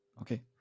Okay